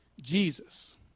Jesus